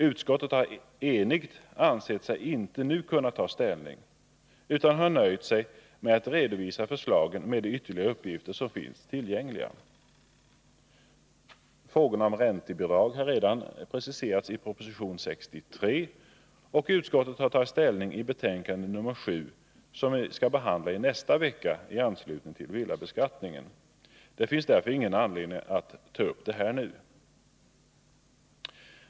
Utskottet har enhälligt ansett sig inte nu kunna ta ställning utan har nöjt sig med att redovisa förslagen med de ytterligare uppgifter som finns tillgängliga. Frågorna om räntebidrag har redan preciserats i proposition 63, och utskottet har tagit ställning i betänkande 7, som vi skall behandla i nästa vecka i anslutning till villabeskattningen. Det finns därför ingen anledning att ta upp detta nu.